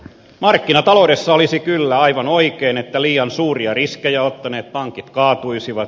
markkinataloudessa olisi kyllä aivan oikein että liian suuria riskejä ottaneet pankit kaatuisivat